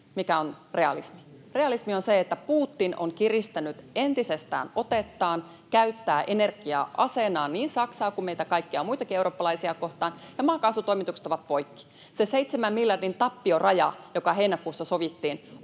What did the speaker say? mikä on realismi. Realismi on se, että Putin on kiristänyt entisestään otettaan, käyttää energiaa aseenaan niin Saksaa kuin meitä kaikkia muitakin eurooppalaisia kohtaan ja maakaasutoimitukset ovat poikki. Se seitsemän miljardin tappioraja, joka heinäkuussa sovittiin,